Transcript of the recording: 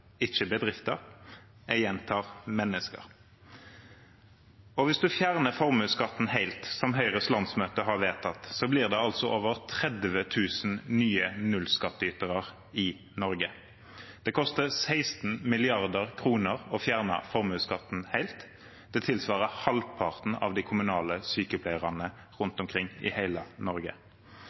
ikke bedrifter – jeg gjentar: mennesker. Hvis man fjerner formuesskatten helt, som Høyres landsmøte har vedtatt, blir det over 30 000 nye nullskattytere i Norge. Det koster 16 mrd. kr å fjerne formuesskatten helt. Det tilsvarer halvparten av de kommunale sykepleierne rundt omkring i hele Norge.